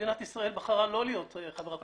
שמדינת ישראל בחרה לא להיות חברה בהם.